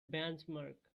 benchmark